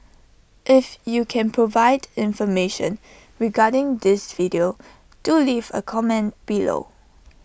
if you can provide information regarding this video do leave A comment below